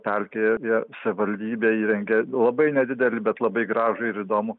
pelkė ir savivaldybė įrengė labai nedidelį bet labai gražų ir įdomų